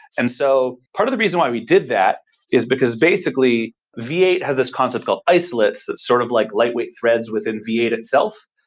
and so, part of the reason why we did that is because, basically, v eight has this concept called isolates, sort of like lightweight threads within v eight itself.